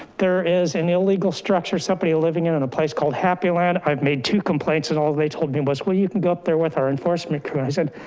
there is an illegal structure, somebody living in in a place called happy land. i've made two complaints and all they told me was, well, you can go up there with our enforcement crew. and i said,